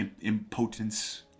impotence